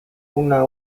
una